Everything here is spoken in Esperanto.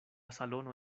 salono